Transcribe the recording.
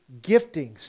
giftings